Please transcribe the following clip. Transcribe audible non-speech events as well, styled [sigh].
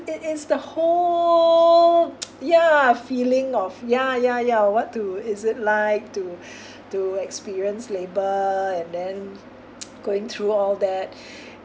it is the whole [noise] ya feeling of ya ya ya want to is it like to to experience labour and then [noise] going through all that